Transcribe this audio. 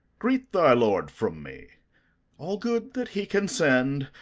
greet thy lord from me all good that he can send,